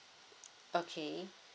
okay